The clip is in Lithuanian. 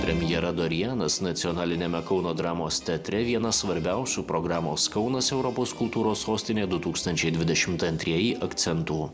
premjera dorianas nacionaliniame kauno dramos teatre vienas svarbiausių programos kaunas europos kultūros sostinė du tūkstančiai dvidešimt antrieji akcentų